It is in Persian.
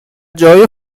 جاهای